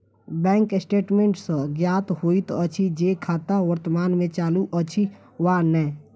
bank statement सॅ ज्ञात होइत अछि जे खाता वर्तमान मे चालू अछि वा नै